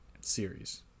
series